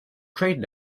trading